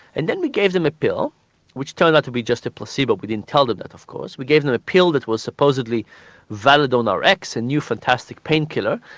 and then we gave them a pill which turned out to be just a placebo, but we didn't tell them that of course, we gave them a pill that was supposedly velladonna x, a new fantastic pain killer,